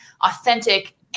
authentic